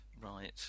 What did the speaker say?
Right